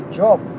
job